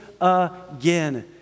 again